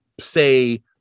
say